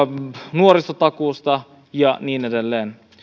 nuorisotakuusta ja niin edelleen